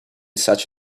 such